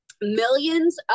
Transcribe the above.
millions